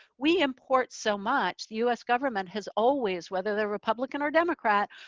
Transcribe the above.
we import so much, the us government has always, whether they're republican or democrat,